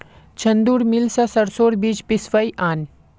चंदूर मिल स सरसोर बीज पिसवइ आन